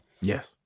Yes